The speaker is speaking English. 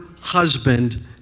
husband